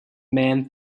mann